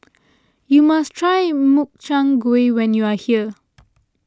you must try Makchang Gui when you are here